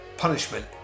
punishment